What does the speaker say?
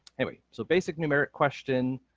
anyway, so basic numeric question,